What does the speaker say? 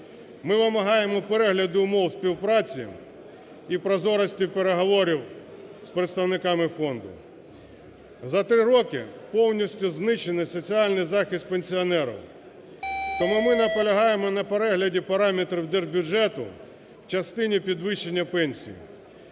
Ми вимагаємо перегляду умов співпраці і прозорості переговорів з представниками фонду. За три роки повністю знищений соціальний захист пенсіонерів. Тому ми наполягаємо на перегляді параметрів Держбюджету у частині підвищення пенсій.